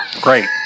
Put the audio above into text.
Great